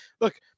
look